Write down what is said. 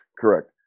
Correct